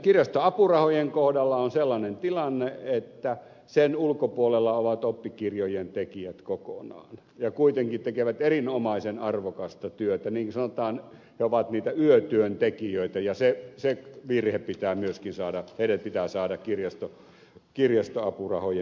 kirjastoapurahojen kohdalla on sellainen tilanne että niiden ulkopuolella ovat oppikirjojen tekijät kokonaan ja kuitenkin tekevät erinomaisen arvokasta työtä niin kuin sanotaan he ovat niitä yötyön tekijöitä ja se virhe pitää myöskin saada korjattua heidät pitää saada kirjastoapurahojen piiriin